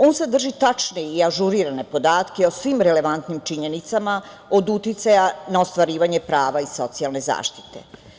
On sadrži tačne i ažurirane podatke o svim relevantnim činjenicama od uticaja na ostvarivanje prava i socijalne zaštite.